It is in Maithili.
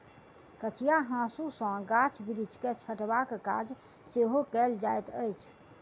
कचिया हाँसू सॅ गाछ बिरिछ के छँटबाक काज सेहो कयल जाइत अछि